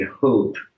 Hope